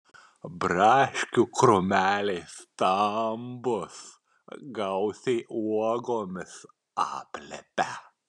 braškių krūmeliai stambūs gausiai uogomis aplipę